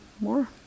More